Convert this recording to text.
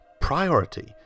priority